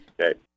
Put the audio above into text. Okay